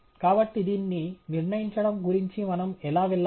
కాబట్టి దాన్ని నిర్ణయించడం గురించి మనం ఎలా వెళ్లాలి